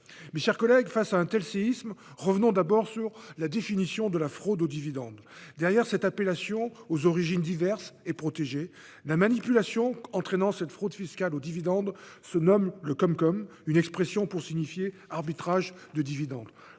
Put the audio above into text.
Mes chers collègues, face à un tel séisme, revenons d'abord sur la définition de la fraude aux dividendes. Derrière cette appellation, aux origines diverses et protégées, la manipulation entraînant cette fraude fiscale aux dividendes se nomme le CumCum, une expression qui signifie « arbitrage de dividendes ».